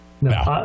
No